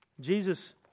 Jesus